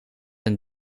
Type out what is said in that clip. een